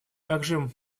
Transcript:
также